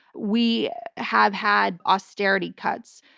we have had austerity cuts.